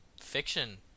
Fiction